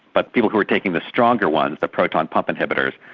but people who were taking the stronger ones, the proton pump inhibitors,